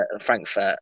Frankfurt